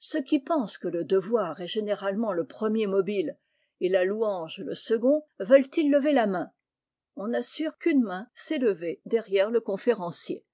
ceux qui pensent que le devoir est généralementle premiermobileet lalouangele secondveulent ils lever la main on assure qu'une main s'est levé derrière le conférencier